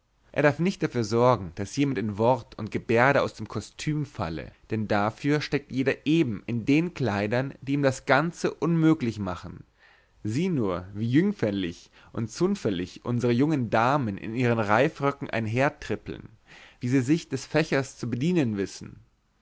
er darf nicht dafür sorgen daß jemand in wort und gebärde aus dem kostüm falle denn dafür steckt jeder eben in den kleidern die ihm das ganz unmöglich machen sieh nur wie jüngferlich und zunferlich unsere jungen damen in ihren reifröcken einhertrippeln wie sie sich des fächers zu bedienen wissen